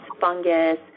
fungus